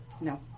No